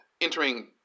entering